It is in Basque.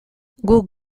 guk